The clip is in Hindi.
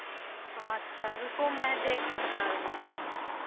अच्छा रुको मैं देख कर बता रही हूँ